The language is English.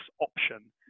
option